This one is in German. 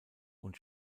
und